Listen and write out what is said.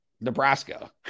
Nebraska